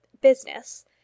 business